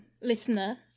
listener